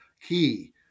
key